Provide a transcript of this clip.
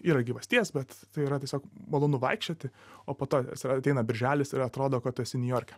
yra gyvasties bet tai yra tiesiog malonu vaikščioti o po to ateina birželis ir atrodo kad tu esi niujorke